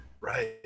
Right